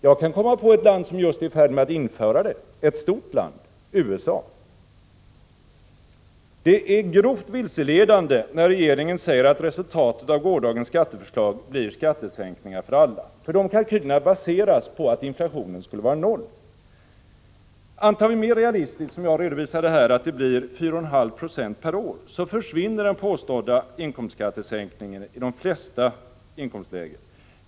Jag kan komma på ett land som just är i färd med att införa den — ett stort land, USA. Det är grovt vilseledande när regeringen säger att resultatet av gårdagens skatteförslag blir skattesänkningar för alla. De kalkylerna baseras nämligen på att inflationen skulle vara noll. Antar vi mer realistiskt, som jag redovisade här, att inflationen blir 4,5 90, så försvinner den påstådda inkomstskattesänkningen i de flesta inkomstlägen.